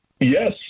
Yes